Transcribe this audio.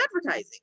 advertising